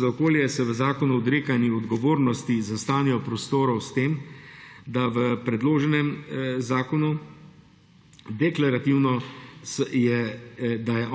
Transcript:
za okolje se v zakonu odreka odgovornosti za stanje v prostoru s tem, da je v predloženem zakonu deklarativno